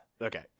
okay